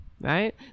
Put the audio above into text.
right